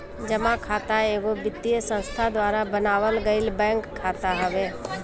जमा खाता एगो वित्तीय संस्था द्वारा बनावल गईल बैंक खाता हवे